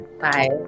Bye